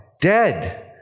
dead